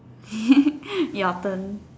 ya often